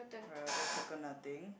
alright I'll just circle nothing